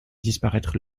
disparaître